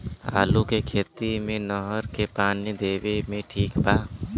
आलू के खेती मे नहर से पानी देवे मे ठीक बा?